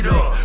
up